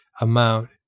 amount